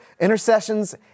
intercessions